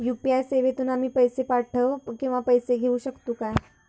UPI सेवेतून आम्ही पैसे पाठव किंवा पैसे घेऊ शकतू काय?